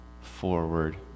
forward